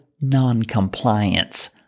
noncompliance